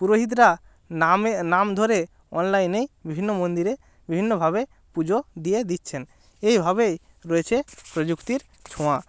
পুরোহিতরা নামে নাম ধরে অনলাইনেই বিভিন্ন মন্দিরে বিভিন্নভাবে পুজো দিয়ে দিচ্ছেন এইভাবেই রয়েছে প্রযুক্তির ছোঁয়া